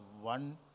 one